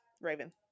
Raven